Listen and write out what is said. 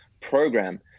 program